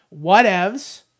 Whatevs